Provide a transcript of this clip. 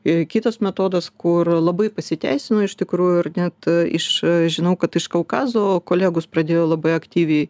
ir kitas metodas kur labai pasiteisino iš tikrųjų ir net iš žinau kad iš kaukazo kolegos pradėjo labai aktyviai